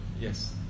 Yes